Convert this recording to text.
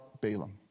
Balaam